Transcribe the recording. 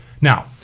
Now